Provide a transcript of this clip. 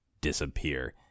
disappear